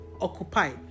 occupy